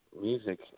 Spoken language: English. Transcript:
music